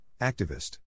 Activist